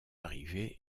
arrivée